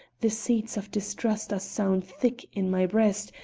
the seeds of distrust are sown thick in my breast,